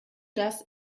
das